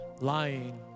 lying